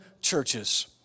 churches